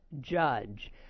judge